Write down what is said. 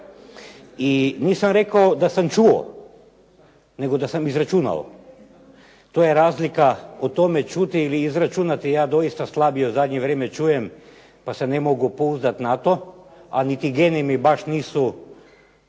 i nisam rekao da sam čuo, nego da sam izračunao. To je razlika, u tome čuti ili izračunati. Ja doista slabije u zadnje vrijeme čujem pa se ne mogu pouzdat na to, a niti geni mi baš nisu